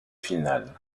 finales